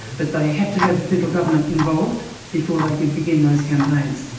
but they had to have the federal government involved before they could begin those campaigns,